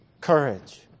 courage